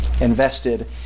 Invested